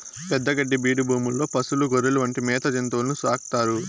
పెద్ద గడ్డి బీడు భూముల్లో పసులు, గొర్రెలు వంటి మేత జంతువులను సాకుతారు